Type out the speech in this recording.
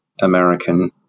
American